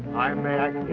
i made